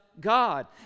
God